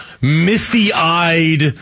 misty-eyed